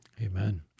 Amen